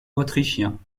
autrichiens